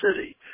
City